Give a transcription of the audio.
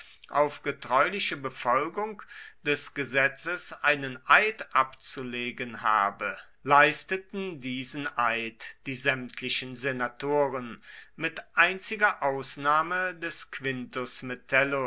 auf getreuliche befolgung des gesetzes einen eid abzulegen habe leisteten diesen eid die sämtlichen senatoren mit einziger ausnahme des quintus metellus